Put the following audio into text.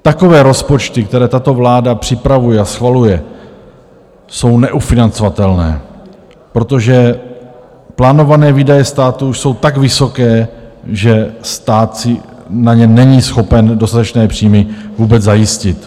Takové rozpočty, které tato vláda připravuje a schvaluje, jsou neufinancovatelné, protože plánované výdaje státu už jsou tak vysoké, že stát si na ně není schopen dostatečné příjmy vůbec zajistit.